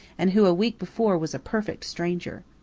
and who a week before was a perfect stranger.